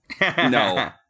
No